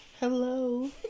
Hello